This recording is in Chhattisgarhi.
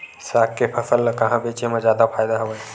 साग के फसल ल कहां बेचे म जादा फ़ायदा हवय?